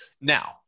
now